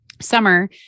summer